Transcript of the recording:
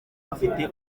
bafite